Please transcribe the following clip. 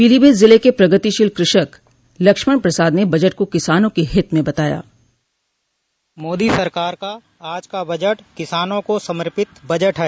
पीलीभीत जिले के प्रगतिशील कृषक लक्ष्मण प्रसाद ने बजट को किसानों के हित में बताया मोदी सरकार का आज का बजट किसानों को समर्पित बजट है